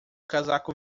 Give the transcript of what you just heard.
casaco